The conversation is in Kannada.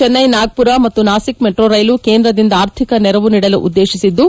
ಚೆನ್ನೈ ನಾಗಪುರ ಮತ್ತು ನಾಸಿಕ್ ಮೆಟ್ರೋ ರೈಲು ಕೇಂದ್ರದಿಂದ ಆರ್ಥಿಕ ನೆರವು ನೀಡಲು ಉದ್ದೇತಿಸಿದ್ದು